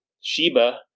Sheba